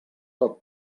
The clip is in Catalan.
tot